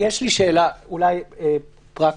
יש לי שאלה אולי פרקטית: